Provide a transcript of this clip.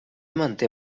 manté